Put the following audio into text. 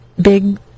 big